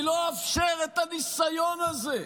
אני לא אאפשר את הניסיון הזה,